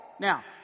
Now